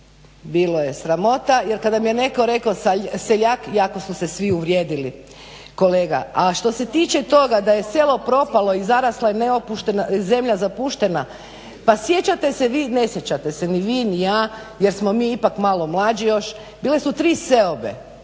Bilo je sramota jer kada je netko rekao seljak jako su se svi uvrijedili, kolega. A što se tiče toga da je selo propalo i zarasla je neopuštena, zemlja zapuštena. Pa sjećate se vi, ne sjećate se ni vi, ni ja jer smo mi ipak malo mlađi još. Bile su 3 seobe,